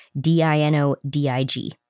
D-I-N-O-D-I-G